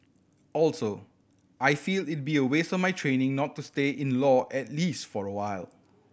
also I feel it'd be a waste of my training not to stay in law at least for a while